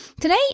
Today